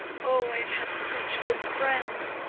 oh, i have had such good friends.